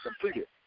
completed